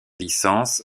licence